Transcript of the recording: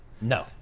No